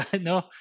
No